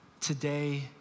today